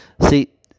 See